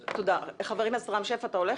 ח"כ רם שפע רצית?